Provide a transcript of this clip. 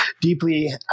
deeply